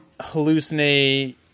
hallucinate